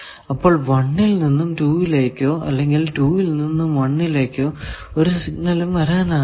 അപ്പോൾ 1 ൽ നിന്നും 2 ലേക്കോ അല്ലെങ്കിൽ 2 ൽ നിന്നും 1 ലേക്കോ ഒരു സിഗ്നലിനും വരാനാകില്ല